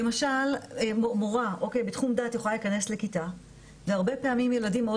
למשל מורה בתחום דעת יכולה להיכנס לכיתה והרבה פעמים ילדים מאוד